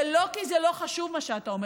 זה לא כי זה לא חשוב מה שאתה אומר,